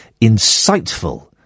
insightful